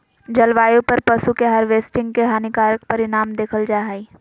जलवायु पर पशु के हार्वेस्टिंग के हानिकारक परिणाम देखल जा हइ